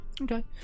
Okay